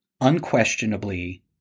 unquestionably